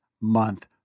month